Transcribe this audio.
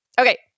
Okay